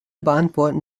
beantworten